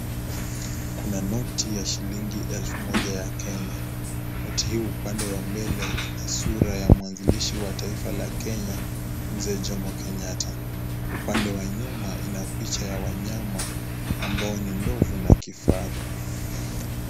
Kuna noti ya shilingi elfu moja ya Kenya. Noti huu upande wa mbele ina Sura ya mwanzilishi wa taifa la Kenya, Mzee Jomo Kenyatta. Upande wa nyuma ina picha ya wanyama ambao ni ndovu na kifaru.